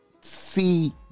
see